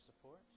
support